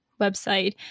website